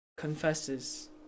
confesses